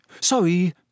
Sorry